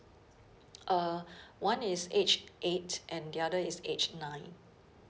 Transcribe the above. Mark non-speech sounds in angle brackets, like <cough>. uh <breath> one is age eight and the other is age nine